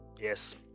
Yes